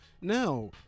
now